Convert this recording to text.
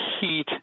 heat